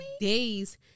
days